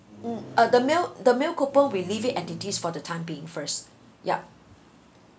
mm uh the meal the meal coupon we leave it entities for the time being first yup